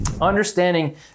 understanding